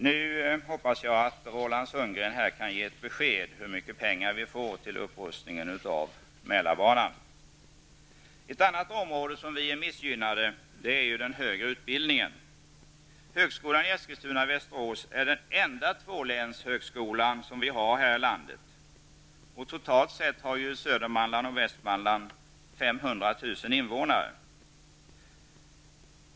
Jag hoppas att Roland Sundgren nu kan ge besked om hur mycket pengar vi får till upprustning av Ett annat område där vi är missgynnade gäller den högre utbildningen. Högskolan i Eskilstuna/Västerås är den enda tvålänshögskolan i landet, och Södermanland och Västmanland har totalt 500 000 invånare.